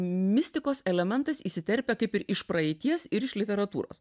mistikos elementas įsiterpia kaip ir iš praeities ir iš literatūros